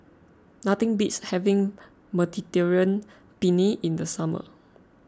nothing beats having Mediterranean Penne in the summer